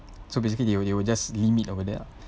so basically they will they will just limit over there lah